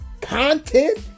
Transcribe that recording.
content